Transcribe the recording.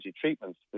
treatments